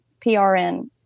PRN